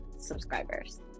subscribers